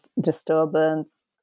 disturbance